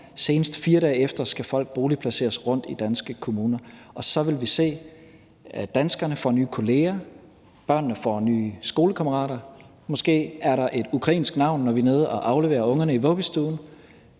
senest 4 dage efter skal boligplaceres rundtomkring i danske kommuner, og så vil vi se, at danskerne får nye kolleger, at børnene får nye skolekammerater, og at der måske er et ukrainsk navn, når vi er nede at aflevere ungerne i vuggestuen.